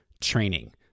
training